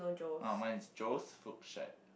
ah mine is Joe's food shack